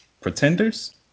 pretenders